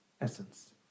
essence